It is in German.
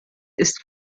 ist